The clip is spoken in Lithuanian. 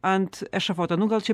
ant ešafoto nu gal čia